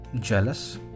jealous